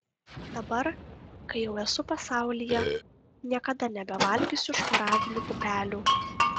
dabar kai jau esu pasaulyje niekada nebevalgysiu šparaginių pupelių